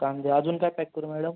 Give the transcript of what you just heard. कांदे अजून काय पॅक करू मॅडम